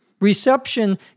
Reception